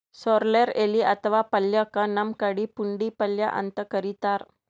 sorrel ಎಲಿ ಅಥವಾ ಪಲ್ಯಕ್ಕ್ ನಮ್ ಕಡಿ ಪುಂಡಿಪಲ್ಯ ಅಂತ್ ಕರಿತಾರ್